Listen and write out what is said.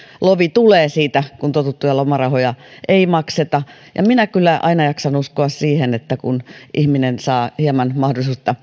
lovi tulee siitä kun totuttuja lomarahoja ei makseta minä kyllä aina jaksan uskoa siihen että kun ihminen saa hieman mahdollisuutta